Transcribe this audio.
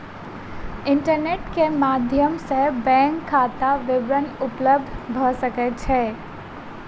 internet के माध्यम सॅ बैंक खाता विवरण उपलब्ध भ सकै छै